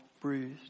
bruised